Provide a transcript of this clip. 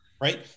right